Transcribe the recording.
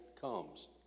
comes